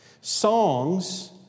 Songs